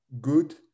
good